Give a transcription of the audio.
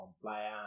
compliance